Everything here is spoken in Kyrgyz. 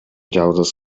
жалгыз